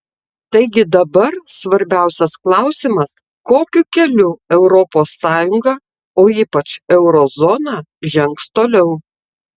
taigi dabar svarbiausias klausimas kokiu keliu europos sąjunga o ypač euro zona žengs toliau